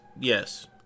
yes